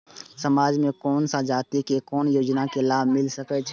समाज में कोन सा जाति के कोन योजना के लाभ मिल सके छै?